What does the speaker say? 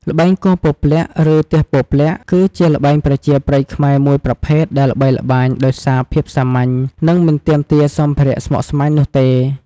ល្បែងគោះពព្លាក់ ឬទះពព្លាក់ គឺជាល្បែងប្រជាប្រិយខ្មែរមួយប្រភេទដែលល្បីល្បាញដោយសារភាពសាមញ្ញ និងមិនទាមទារសម្ភារៈស្មុគស្មាញនោះទេ។